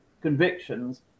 convictions